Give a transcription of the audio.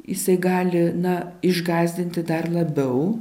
jisai gali na išgąsdinti dar labiau